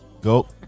Go